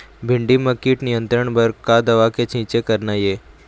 भिंडी म कीट नियंत्रण बर का दवा के छींचे करना ये?